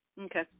Okay